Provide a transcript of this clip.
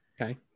Okay